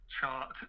chart